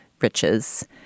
riches